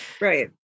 right